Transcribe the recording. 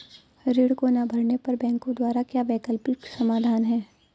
ऋण को ना भरने पर बैंकों द्वारा क्या वैकल्पिक समाधान हैं?